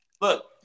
Look